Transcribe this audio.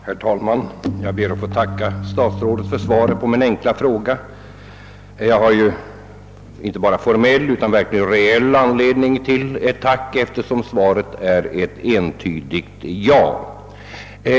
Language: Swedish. Herr talman! Jag ber att få tacka statsrådet för svaret på min enkla fråga. Jag har inte bara formell utan verk Iigen reell anledning till ett tack, eftersom svaret är ett entvdigt ja.